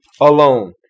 alone